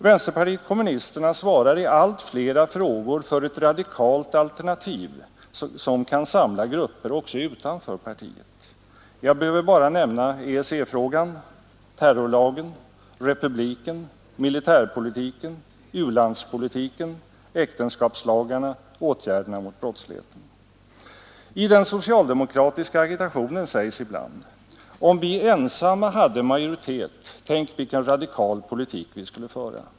Vänsterpartiet kommunisterna svarar i allt flera frågor för ett radikalt alternativ, som kan samla grupper också utanför partiet. Jag behöver bara nämna EEC-frågan, terrorlagen, republiken, militärpolitiken, u-landspolitiken, äktenskapslagarna, åtg derna mot brottsligheten. I den socialdemokratiska agitationen sägs ibland : Om vi ensamma hade majoritet, tänk vilken radikal politik vi skulle föra!